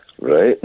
Right